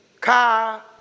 Car